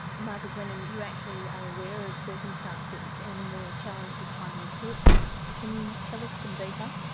margaret wenham, you actually are aware of circumstances and were challenged with trying to report them. can you tell us some detail?